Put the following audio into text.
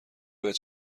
باید